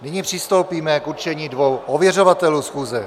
Nyní přistoupíme k určení dvou ověřovatelů schůze.